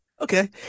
okay